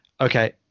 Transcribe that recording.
okay